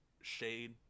shade